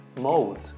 mode